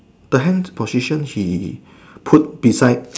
the hand position he put beside